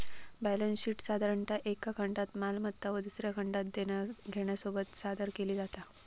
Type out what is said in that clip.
balance शीटसाधारणतः एका खंडात मालमत्ता व दुसऱ्या खंडात देना घेण्यासोबत सादर केली जाता